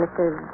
Mrs